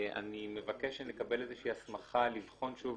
אני מבקש שנקבל איזושהי הסמכה לבחון שוב,